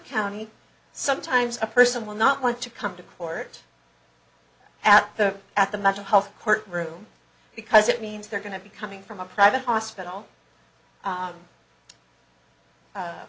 county sometimes a person will not want to come to court at the at the metal health court room because it means they're going to be coming from a private hospital